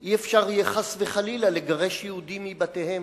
לא יהיה אפשר, חס וחלילה, לגרש יהודים מבתיהם.